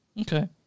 Okay